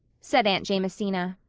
said aunt jamesina.